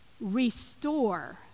Restore